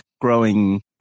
growing